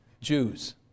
Jews